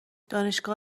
دانشگاه